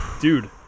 Dude